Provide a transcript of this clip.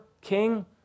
king